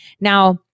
Now